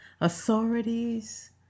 authorities